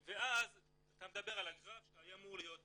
ואז אתה מדבר על הגרף שהיה אמור להיות פה,